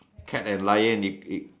cat and lion you you